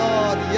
Lord